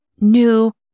new